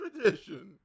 tradition